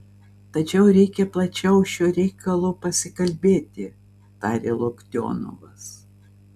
tačiau reikia plačiau šiuo reikalu pasikalbėti tarė loktionovas